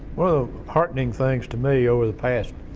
ah heartening things to me over the past,